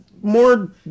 more